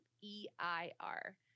E-I-R